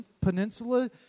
Peninsula